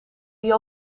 die